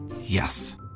Yes